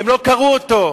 הם לא קראו אותו.